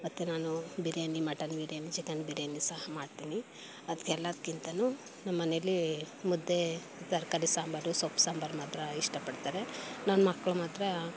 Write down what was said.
ಮತ್ತು ನಾನು biryani mutton biryani chicken biryani ಸಹ ಮಾಡ್ತೀನಿ ಅದಕ್ಕೆ ಎಲ್ಲದ್ಕಿಂತಲೂ ನಮ್ಮನೆಯಲ್ಲಿ ಮುದ್ದೆ ತರಕಾರಿ ಸಾಂಬಾರು ಸೊಪ್ಪು ಸಾಂಬಾರು ಮಾತ್ರ ಇಷ್ಟಪಡ್ತಾರೆ ನನ್ನ ಮಕ್ಕಳು ಮಾತ್ರ